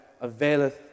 availeth